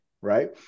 right